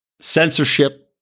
censorship